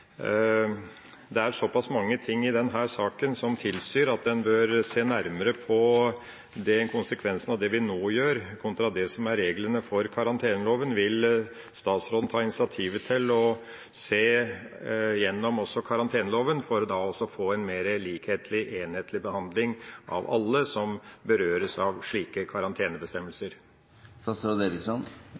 Det er såpass mange ting i denne saken som tilsier at en bør se nærmere på konsekvensene av det vi nå gjør, kontra det som er reglene i karanteneloven. Vil statsråden ta initiativ til å se igjennom også karanteneloven for å få en mer enhetlig behandling av alle som berøres av slike